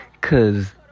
Cause